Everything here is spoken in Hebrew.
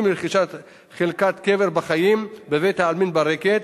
לרכישת חלקת קבר בחיים בבית-העלמין ברקת,